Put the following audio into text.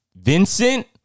Vincent